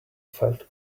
felt